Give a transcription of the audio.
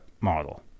model